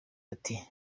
ati